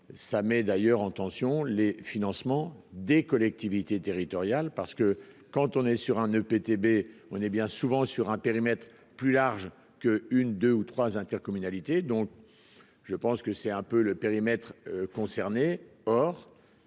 ça met d'ailleurs en tension, les financements des collectivités territoriales, parce que quand on est sur un EPTB, on est bien souvent sur un périmètre plus large que une, 2 ou 3 intercommunalité, donc je pense que c'est un peu le périmètre concerné,